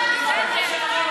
זה נכון,